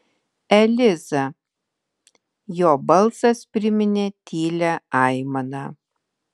eliza jo balsas priminė tylią aimaną